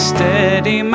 Steady